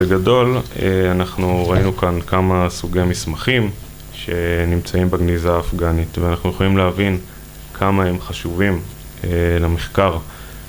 בגדול, אה אנחנו ראינו כאן כמה סוגי מסמכים, שנמצאים בגניזה האפגנית. ואנחנו יכולים להבין כמה הם חשובים אה... למחקר.